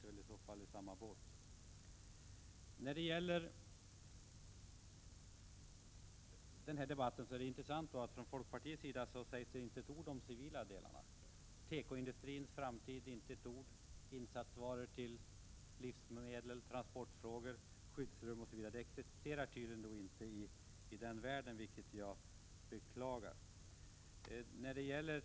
Vi sitter i så fall i samma båt. Det är intressant att det från folkpartiets sida i den här debatten inte sägs ett ord om de civila delarna av försvaret. Inte ett ord om tekoindustrins framtid, insatsvaror till livsmedelsindustrin, transportfrågor, skyddsrum osv. Sådana frågor existerar tydligen inte i detta sammanhang, vilket jag beklagar. När dett.ex.